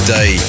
Day